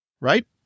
Right